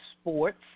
sports